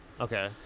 Okay